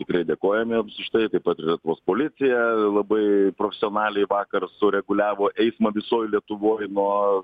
tikrai dėkojame už tai taip pat lietuvos policija labai profesionaliai vakar sureguliavo eismą visoj lietuvoj nuo